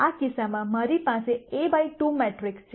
આ કિસ્સામાં મારી પાસે A બાય 2 મેટ્રિક્સ છે